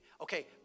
Okay